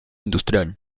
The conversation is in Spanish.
industrial